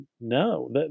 no